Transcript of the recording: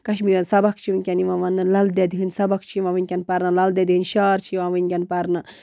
کشمیٖرٮ۪ن سَبق چھِ وُنکٮ۪ن یِوان وَننہٕ لل دٮ۪د ہٕنٛدۍ سبق چھِ یِوان وُنکٮ۪ن پَرنہٕ لل دٮ۪د ہٕنٛدۍ شار چھِ یِوان وُنکٮ۪ن پرنہٕ